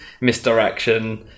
misdirection